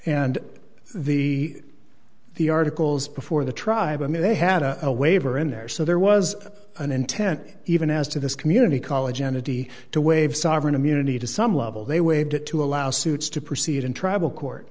and the the articles before the tribe i mean they had a waiver in there so there was an intent even as to this community college entity to waive sovereign immunity to some level they waived it to allow suits to proceed in tribal court